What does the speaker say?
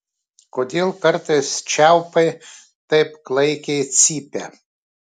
kodėl kartais čiaupai taip klaikiai cypia